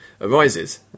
arises